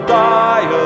die